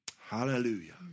Hallelujah